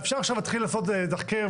אפשר עכשיו להתחיל לעשות תחקיר.